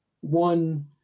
One